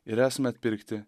ir esame atpirkti